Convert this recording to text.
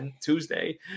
Tuesday